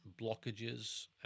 blockages